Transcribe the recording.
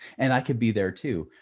and i could be there too,